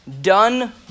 done